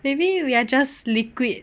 maybe we are just liquid